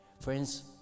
Friends